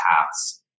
paths